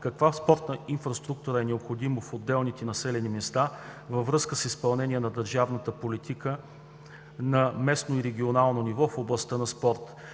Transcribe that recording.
каква спортна инфраструктура е необходима в отделните населени места, във връзка с изпълнение на държавната политика и политиката на местно и регионално ниво в областта на спорта.